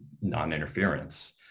non-interference